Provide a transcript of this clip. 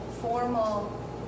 formal